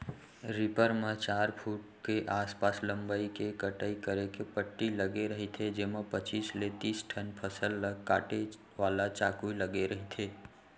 reaper म चार फूट के आसपास लंबई के कटई करे के पट्टी लगे रहिथे जेमा पचीस ले तिस ठन फसल ल काटे वाला चाकू लगे रहिथे